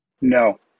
No